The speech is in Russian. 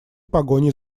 погоней